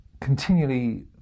continually